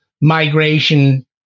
migration